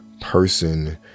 person